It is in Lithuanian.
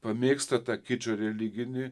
pamėgsta tą kičą religinį